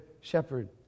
shepherd